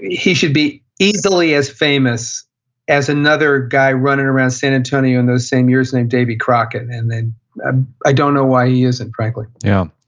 he should be easily as famous as another guy running around san antonio in those same years named davy crockett. and ah i don't know why he isn't, frankly yeah.